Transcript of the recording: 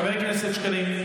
חבר הכנסת שקלים.